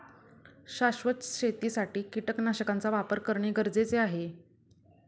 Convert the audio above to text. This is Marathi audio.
शाश्वत शेतीसाठी कीटकनाशकांचा वापर करणे गरजेचे आहे